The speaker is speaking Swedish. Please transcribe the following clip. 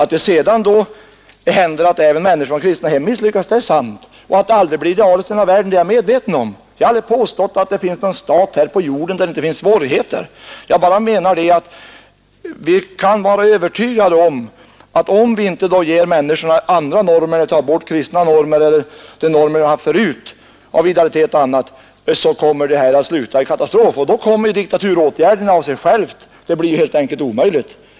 Att det sedan händer att även människor från kristna hem misslyckas är sant, och jag är medveten om att det aldrig blir idealiskt här i världen. Jag har aldrig påstått att det finns någon stat här på jorden där det inte finns några svårigheter. Men vi kan vara övertygade om att om vi inte ger människorna andra normer när vi tar bort de kristna normerna eller de normer av idealitet och annat som de haft förut, så kommer det att sluta i katastrof. Och då kommer diktaturåtgärderna av sig själva. Situationen blir helt enkelt omöjlig.